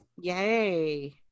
yay